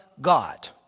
God